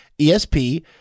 ESP